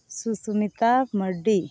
Susmita Mardi